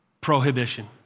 prohibition